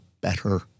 better